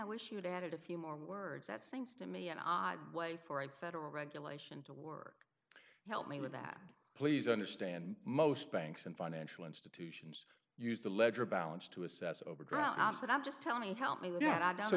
wish you'd added a few more words that seems to me an odd way for a federal regulation to work help me with that please understand most banks and financial institution use the ledger balance to assess overdrafts that i'm just tell me help me with that i